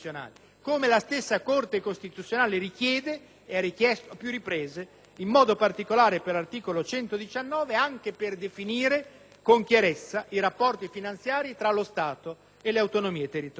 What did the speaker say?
come la stessa Corte costituzionale ha richiesto a più riprese, in modo particolare per l'articolo 119, anche per definire con chiarezza i rapporti finanziari tra lo Stato e le autonomie territoriali.